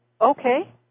okay